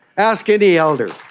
ask any elder.